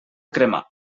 cremar